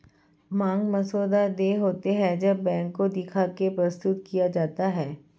मांग मसौदा देय होते हैं जब बैंक को दिखा के प्रस्तुत किया जाता है